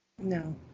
No